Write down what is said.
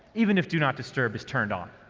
even if do not disturb is turned on.